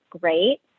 great